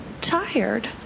tired